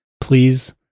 please